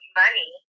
money